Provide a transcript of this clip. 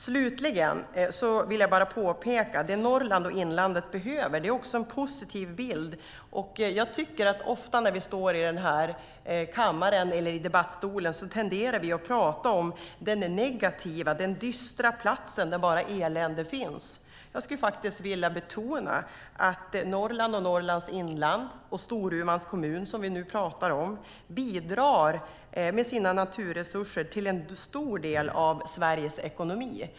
Slutligen vill jag påpeka att vad Norrland och inlandet behöver är en positiv bild. Ofta när vi debatterar här i kammaren tenderar vi att prata om den negativa, dystra platsen där bara elände finns. Jag skulle vilja betona att Norrland, Norrlands inland och Storumans kommun, som vi nu pratar om, med sina naturresurser bidrar till en stor del av Sveriges ekonomi.